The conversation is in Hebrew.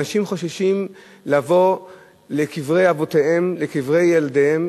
אנשים חוששים לבוא לקברי אבותיהם, לקברי ילדיהם.